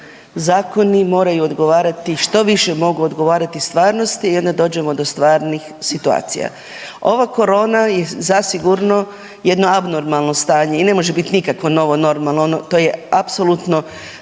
zakoni moraju odgovarati, što više mogu odgovarati stvarnosti i onda dođemo do stvarnih situacija. Ova corona je zasigurno jedno abnormalno stanje i ne može biti nikakvo novo normalno. To je apsolutno